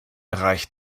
reicht